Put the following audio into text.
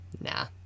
nah